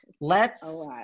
let's-